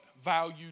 value